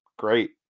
Great